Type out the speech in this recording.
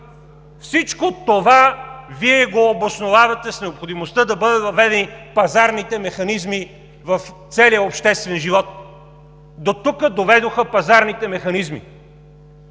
Всичко това Вие го обосновавате с необходимостта да бъдат въведени пазарните механизми в целия обществен живот. Дотук доведоха пазарните механизми!